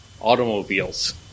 automobiles